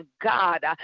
God